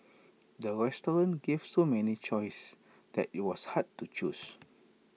the restaurant gave so many choices that IT was hard to choose